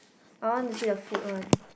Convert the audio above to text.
I want to see the food one